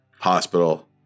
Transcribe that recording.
Hospital